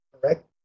correct